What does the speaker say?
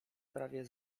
prawie